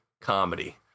comedy